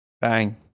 Bang